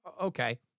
Okay